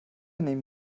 nehmen